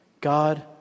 God